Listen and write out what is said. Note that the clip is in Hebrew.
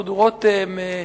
דודו רותם,